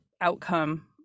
outcome